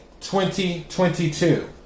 2022